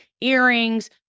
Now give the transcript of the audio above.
earrings